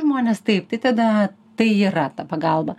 žmones taip tai tada tai yra ta pagalba